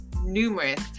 numerous